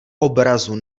obrazu